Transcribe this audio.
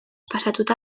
pasatuta